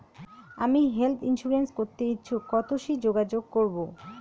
আমি health insurance করতে ইচ্ছুক কথসি যোগাযোগ করবো?